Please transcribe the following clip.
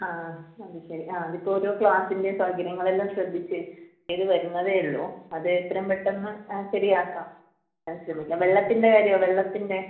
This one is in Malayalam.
ആ അത് ശരി ആ അതിപ്പോൾ ഓരോ ക്ലാസിൻ്റെയും സൗകര്യങ്ങളെല്ലാം ശ്രദ്ധിച്ച് ചെയ്ത് വരുന്നതെയുള്ളൂ അത് എത്രയും പെട്ടെന്ന് ശരിയാക്കാം ഞാൻ ശ്രമിക്കാം വെള്ളത്തിൻ്റെ കാര്യമോ വെള്ളത്തിൻ്റെ